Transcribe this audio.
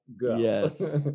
Yes